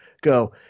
Go